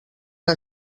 que